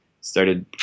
started